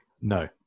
No